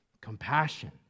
compassion